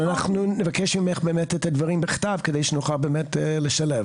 נבקש את הדברים בכתב כדי שנוכל לשלב.